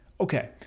okay